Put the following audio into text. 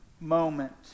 moment